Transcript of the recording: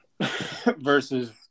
Versus